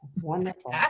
Wonderful